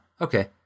okay